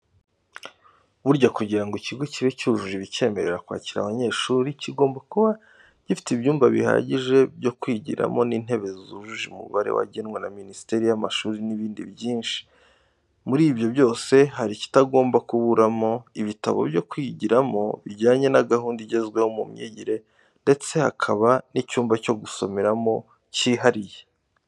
Burya kugira ngo ikigo kibe cyujuje ibicyemerera kwakira abanyeshuri, kigomba kuba gifite ibyumba bihagije byo kwigiramo n'intebe zujuje umubare wagenwe na minisiteri y'amashuri n'ibindi byinshi. Muri ibyo byose hari ikitagomba kuburamo ibitabo byo kwigiramo bijyanye n'agahunda igezweho mu myigire ndetse hakaba n'icyumba cyo gusomeramo cyihariye.